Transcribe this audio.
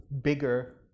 bigger